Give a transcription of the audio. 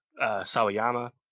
Sawayama